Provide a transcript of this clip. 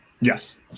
Yes